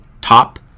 top